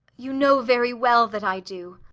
you know very well that i do.